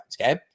okay